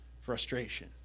frustration